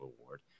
award